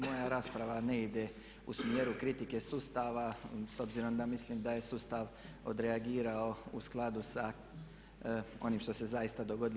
Moja rasprava ne ide u smjeru kritike sustava s obzirom da mislim da je sustav odreagirao u skladu sa onim što se zaista dogodilo.